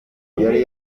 yari